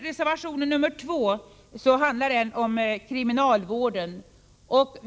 Reservation 2 handlar om kriminalvården.